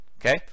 Okay